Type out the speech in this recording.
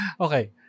Okay